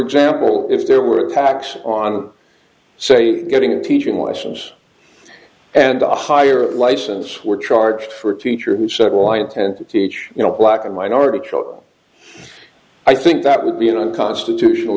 example if there were attacks on say getting a teaching license and a higher license were charged for a teacher who said well i intend to teach you know black and minority i think that would be unconstitutional